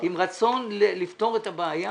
עם רצון לפתור את הבעיה